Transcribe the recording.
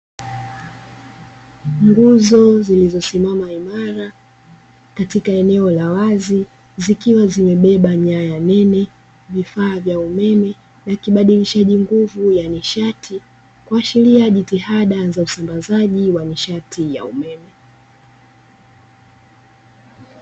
Nguzo zilizosimama imara katika maeneo ya wazi zikiwa zimebeba nyaya nene, vifaa vya umeme na kibadilishaji nguvu ya nishati kuashiria jitihada za usambazaji wa nishati ya umeme.